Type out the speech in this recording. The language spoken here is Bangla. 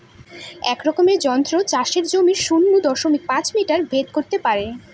এক রকমের যন্ত্র চাষের জমির শূন্য দশমিক পাঁচ মিটার ভেদ করত পারে